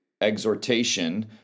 exhortation